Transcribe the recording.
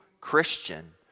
Christian